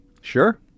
Sure